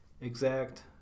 exact